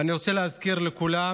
ואני רוצה להזכיר לכולם